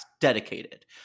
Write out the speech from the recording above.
dedicated